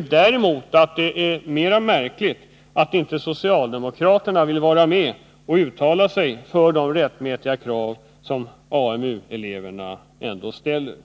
Däremot är det märkligt att inte socialdemokraterna vill vara med och uttala sig för de rättmätiga krav som AMU-eleverna ställer. Herr talman!